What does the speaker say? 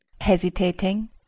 Hesitating